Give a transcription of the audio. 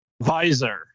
visor